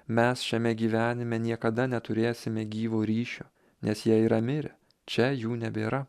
mes šiame gyvenime niekada neturėsime gyvo ryšio nes jie yra mirę čia jų nebėra